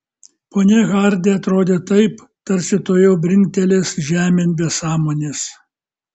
ponia hardi atrodė taip tarsi tuojau brinktelės žemėn be sąmonės